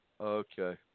Okay